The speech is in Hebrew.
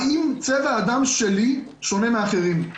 האם צבע הדם שלי שונה משל אחרים?